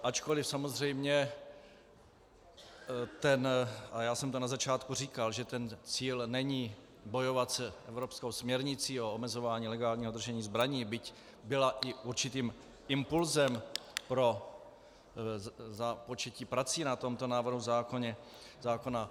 Ačkoliv samozřejmě, a já jsem to na začátku říkal, že ten cíl není bojovat s evropskou směrnicí o omezování legálního držení zbraní, byť byla i určitým impulsem pro započetí prací na tomto návrhu zákona.